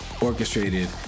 orchestrated